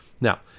Now